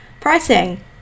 pricing